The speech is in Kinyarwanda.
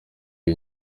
iyo